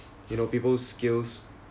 you know people skills